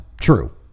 true